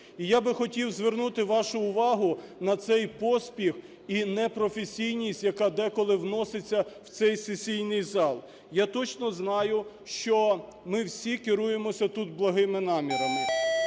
Я би хотів звернути вашу увагу на цей поспіх і непрофесійність, яка деколи вноситься в цей сесійний зал. Я точно знаю, що ми всі керуємось отут благими намірами.